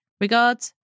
Regards